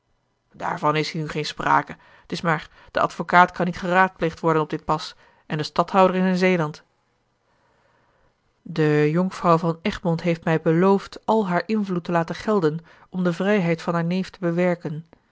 daarvan is nu geen sprake t is maar de advocaat kan niet geraadpleegd worden op dit pas en de stadhouder is in zeeland de jonkvrouw van egmond heeft mij beloofd al haar invloed te laten gelden om de vrijheid van haar neef te bewerken